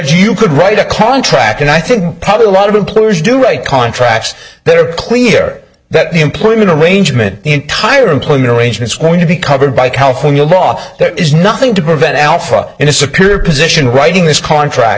you could write a contract and i think probably a lot of employers do write contracts that are clear that the employment arrangement entire employment arrangements going to be covered by california law there is nothing to prevent alpha in a secure position writing this contract